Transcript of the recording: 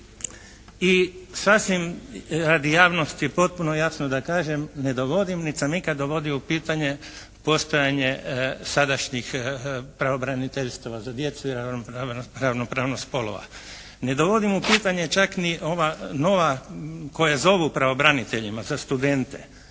I sasvim radi javnosti potpuno jasno da kažem ne dovodim niti sam ikad dovodio u pitanje postojanje sadašnjih pravobraniteljstva za djecu i ravnopravnost spolova. Ne dovodim u pitanje čak ni ova nova koja zovu pravobraniteljima za studente.